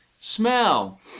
Smell